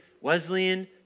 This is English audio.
Wesleyan